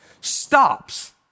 stops